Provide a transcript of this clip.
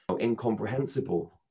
incomprehensible